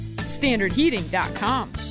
standardheating.com